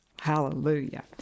Hallelujah